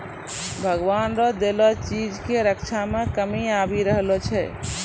भगवान रो देलो चीज के रक्षा मे कमी आबी रहलो छै